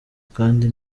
kandi